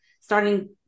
starting